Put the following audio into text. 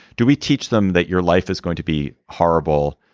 do we teach them that your life is going to be horrible.